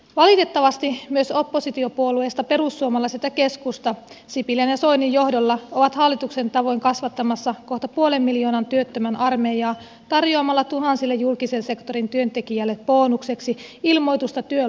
valitettavasti myös oppositiopuolueista perussuomalaiset ja keskusta sipilän ja soinin johdolla ovat hallituksen tavoin kasvattamassa kohta puolen miljoonan työttömän armeijaa tarjoa malla tuhansille julkisen sektorin työntekijöille bonukseksi ilmoitusta työn loppumisesta